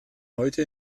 heute